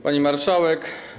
Pani Marszałek!